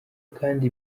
kandi